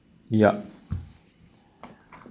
yup